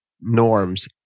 norms